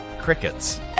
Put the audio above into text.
crickets